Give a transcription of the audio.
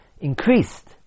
increased